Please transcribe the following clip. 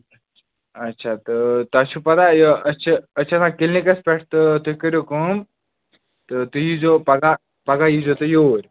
اچھا تہٕ تۄہہِ چھُو پَتہ یہِ أسۍ چھِ أسۍ چھِ آسان کِلنِکَس پٮ۪ٹھ تہٕ تُہۍ کٔرِو کٲم تہٕ تُہۍ ییٖزیٚو پگہہ پگہہ ییٖزیٚو تُہۍ یوٗرۍ